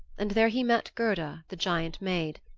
and there he met gerda, the giant maid.